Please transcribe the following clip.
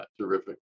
Terrific